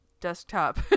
desktop